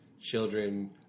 children